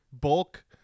bulk